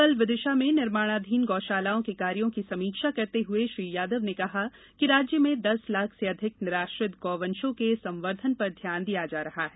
कल विदिशा में निर्माणाधीन गौ शालाओं के कार्यो की समीक्षा करते हुए श्री यादव ने कहा कि राज्य में दस लाख से अधिक निराश्रित गौ वंशो के संवर्धन पर ध्यान दिया जा रहा है